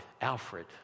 Alfred